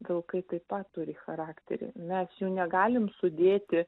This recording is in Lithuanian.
vilkai taip pat turi charakterį mes jų negalim sudėti